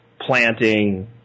planting